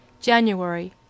January